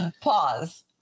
Pause